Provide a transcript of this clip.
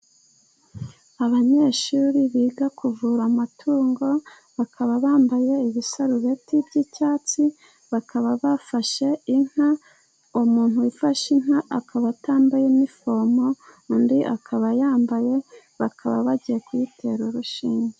Abanyeshuri biga kuvura amatungo, bakaba bambaye ibisarubeti by'icyatsi, bakaba bafashe inka. Umuntu ufashe inka akaba atambaye inifomo, undi akaba ayambaye. Bakaba bagiye kuyitera urushinge.